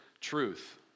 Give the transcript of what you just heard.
truth